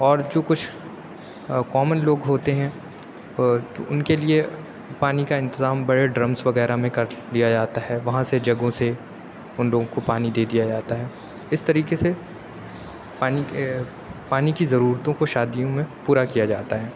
اور جو کچھ کامن لوگ ہوتے ہیں اُن کے لیے پانی کا انتظام بڑے ڈرمس وغیرہ میں کر لیا جاتا ہے وہاں سے جگوں سے اُن لوگوں کو پانی دے دیا جاتا ہے اِس طریقے سے پانی کے پانی کی ضرورتوں کو شادیوں میں پورا کیا جاتا ہے